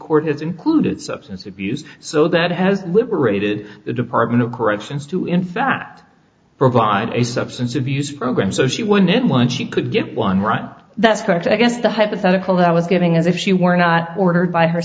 court has included substance abuse so that it has liberated the department of corrections to in fact provide a substance abuse program so she wanted one she could get one rot that's correct i guess the hypothetical that was giving as if she were not ordered by her